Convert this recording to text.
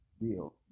deal